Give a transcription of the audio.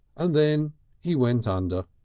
and then he went under.